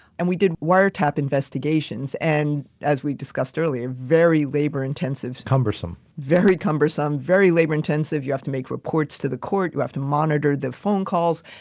and we did wiretap investigations and as we discussed earlier, very labor intensive. cumbersome. very cumbersome, very labor intensive. you have to make reports to the court you have to monitor the phone calls.